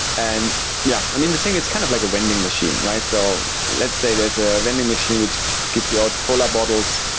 and yeah, i mean the thing is kind of like a vending machine. so let's say there's a vending machine which gives you out cola bottles.